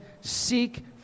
seek